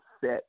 set